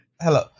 Hello